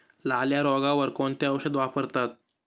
लाल्या रोगावर कोणते औषध वापरतात?